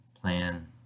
Plan